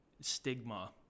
stigma